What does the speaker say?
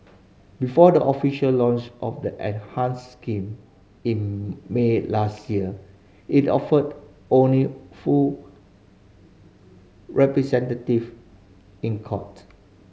before the official launch of the enhanced scheme in May last year it offered only full representative in court